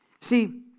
See